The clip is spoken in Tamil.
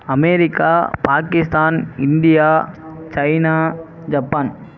America Pakistan India China Japan